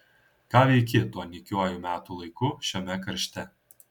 ką veiki tuo nykiuoju metų laiku šiame karšte